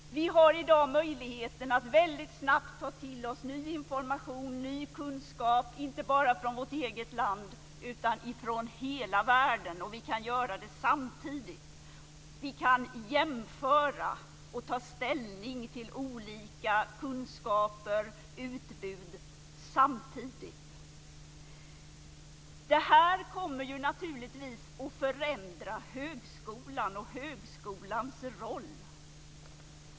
Vi har i dag möjligheten att väldigt snabbt ta till oss ny information och ny kunskap, inte bara från vårt eget land utan från hela världen, och vi kan göra det samtidigt. Vi kan jämföra och ta ställning till olika kunskaper och utbud samtidigt. Det här kommer naturligtvis att förändra högskolan och högskolans roll.